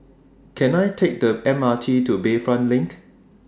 Can I Take The M R T to Bayfront LINK